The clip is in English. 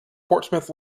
portsmouth